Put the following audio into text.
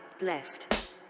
left